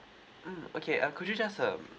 mm okay uh could you just um